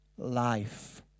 life